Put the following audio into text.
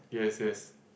yes yes